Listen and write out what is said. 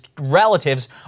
relatives